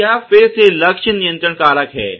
तो यह फिर से लक्ष्य नियंत्रण कारक है